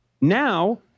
Now